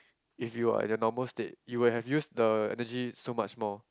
if you are at your normal state you would have used the energy so much more